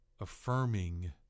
affirming